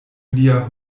lia